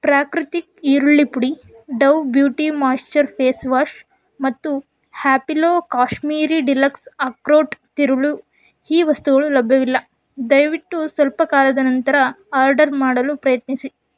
ಪ್ರಾಕೃತಿಕ್ ಈರುಳ್ಳಿ ಪುಡಿ Dove beauty moisture face wash ಮತ್ತು ಹ್ಯಾಪಿಲೋ ಕಾಶ್ಮೀರಿ ಡಿಲಕ್ಸ್ ಅಕ್ರೋಟ್ ತಿರುಳು ಈ ವಸ್ತುಗಳು ಲಭ್ಯವಿಲ್ಲ ದಯವಿಟ್ಟು ಸ್ವಲ್ಪ ಕಾಲದ ನಂತರ ಆರ್ಡರ್ ಮಾಡಲು ಪ್ರಯತ್ನಿಸಿ